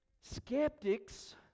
skeptics